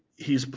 he's,